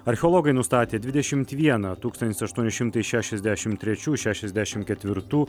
archeologai nustatė dvidešimt vieną tūkstantis aštuoni šimtai šešiasdešim trečių šešiasdešim ketvirtų